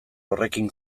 horrekin